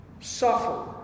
suffer